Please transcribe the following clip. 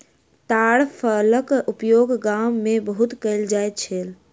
ताड़ फलक उपयोग गाम में बहुत कयल जाइत छल